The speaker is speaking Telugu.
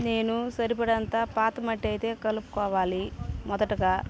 నేను సరిపడంతా పాత మట్టి అయితే కలుపుకోవాలి మొదటగా